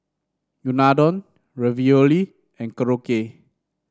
Unadon Ravioli and Korokke